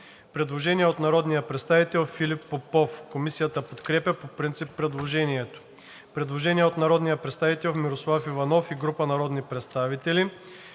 Предложение от народния представител Филип Попов. Комисията подкрепя по принцип предложението. Предложение на народния представител Мирослав Иванов и група народни представители.